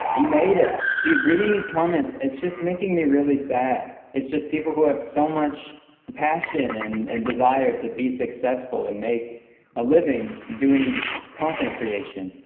he made it. dude, reading these comments, it's just making me really sad. it's just people who have so much passion and and desire to be successful and make a living doing content creation.